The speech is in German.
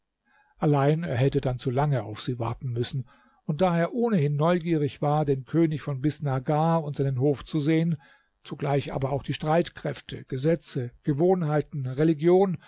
allein er hätte dann zu lange auf sie warten müssen und da er ohnehin neugierig war den könig von bisnagar und seinen hof zu sehen zugleich aber auch die streitkräfte gesetze gewohnheiten religion